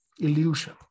illusion